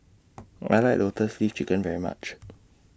I like Lotus Leaf Chicken very much